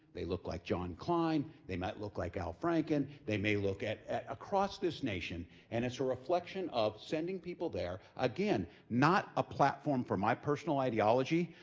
they look like john kline, they might look like al franken, they may look at at across this nation, and it's a reflection of sending people there, again, not a platform for my personal ideology,